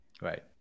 Right